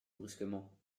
brusquement